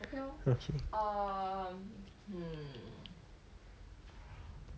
okay orh um hmm